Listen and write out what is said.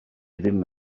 ddim